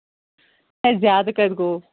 ہے زیادٕ کَتہِ گوٚو